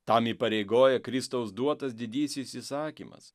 tam įpareigoja kristaus duotas didysis įsakymas